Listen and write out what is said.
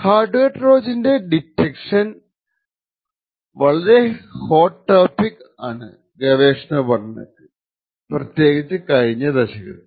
hard wear ട്രോജൻറെ detection വളരെ hot topic ആണ് ഗവേഷണ പഠനത്തിൽ പ്രത്യേകിച്ച് കഴിഞ്ഞ ദശകത്തിൽ